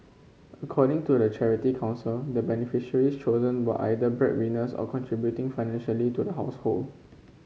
according to the Charity Council the beneficiaries chosen were either bread winners or contributing financially to the household